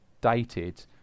dated